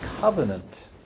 covenant